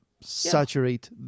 saturate